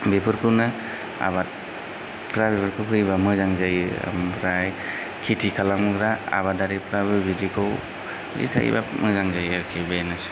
बिफोरखौनो आबादफ्रा बेफोरखौ होयोब्ला मोजां जायो ओमफ्राय खिथि खालामग्रा आबादारिफ्राबो बिदिखौ देखायोब्ला मोजां जायो आरो बेनोसै